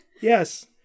Yes